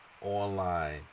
online